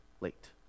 late